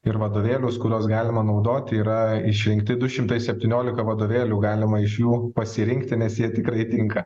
ir vadovėlius kuriuos galima naudoti yra išrinkti du šimtai septyniolika vadovėlių galima iš jų pasirinkti nes jie tikrai tinka